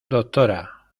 doctora